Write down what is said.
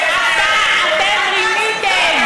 אתם רימיתם.